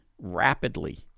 rapidly